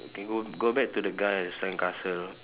okay go go back to the guy at the sandcastle